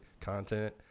content